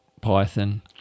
python